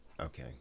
Okay